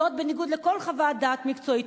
זאת בניגוד לכל חוות דעת מקצועית,